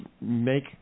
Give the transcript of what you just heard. make